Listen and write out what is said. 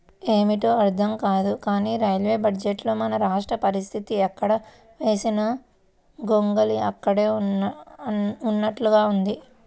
ఏమిటో అర్థం కాదు కానీ రైల్వే బడ్జెట్లో మన రాష్ట్ర పరిస్తితి ఎక్కడ వేసిన గొంగళి అక్కడే ఉన్నట్లుగా ఉంది